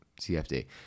cfd